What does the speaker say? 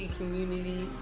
community